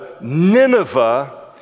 Nineveh